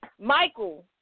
Michael